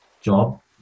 job